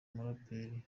muraperi